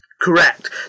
Correct